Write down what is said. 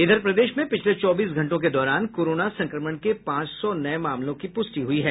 इधर प्रदेश में पिछले चौबीस घंटों के दौरान कोरोना संक्रमण के पांच सौ नये मामलों की पुष्टि हुई है